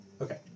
Okay